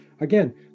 again